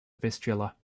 vistula